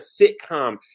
sitcom